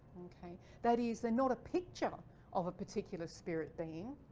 okay. that is they're not a picture of a particular spirit being